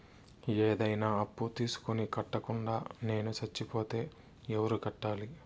ఏదైనా అప్పు తీసుకొని కట్టకుండా నేను సచ్చిపోతే ఎవరు కట్టాలి?